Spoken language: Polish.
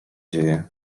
dzieje